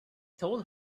told